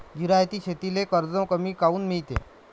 जिरायती शेतीले कर्ज कमी काऊन मिळते?